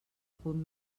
punt